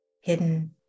hidden